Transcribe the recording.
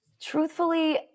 Truthfully